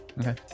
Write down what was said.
okay